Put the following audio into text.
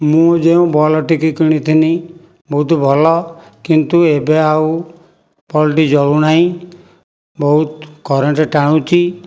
ମୁଁ ଯେଉଁ ବଲ୍ବଟିକୁ କିଣିଥିଲି ବହୁତ ଭଲ କିନ୍ତୁ ଏବେ ଆଉ ବଲ୍ବଟି ଜଳୁନାହିଁ ବହୁତ କରେଣ୍ଟ ଟାଣୁଛି